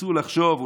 ניסו לחשוב,